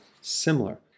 similar